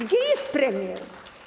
Gdzie jest premier?